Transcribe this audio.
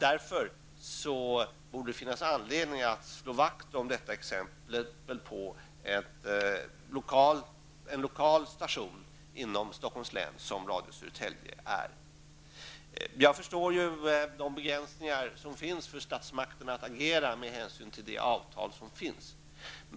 Därför borde det finnas anledning att slå vakt om Radio Södertälje som ett bra exempel på en lokal station inom Jag har förståelse för att statsmakterna har begränsade möjligheter att agera med hänsyn till avtal som har träffats.